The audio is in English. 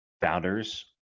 founders